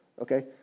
Okay